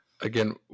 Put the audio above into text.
Again